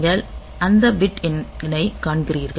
நீங்கள் அந்த பிட் எண்ணைக் காண்கிறீர்கள்